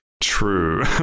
True